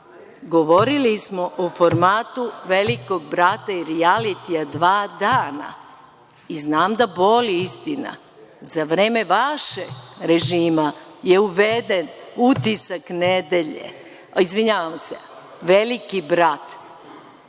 smo o formatu „Velikog brata“ i rijalitija dva dana i znam da boli istina. Za vreme vašeg režima je uveden „Utisak nedelje“, izvinjavam se „Veliki brat“.